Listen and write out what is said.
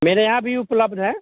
मेरे यहाँ भी उपलब्ध हैं